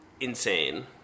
insane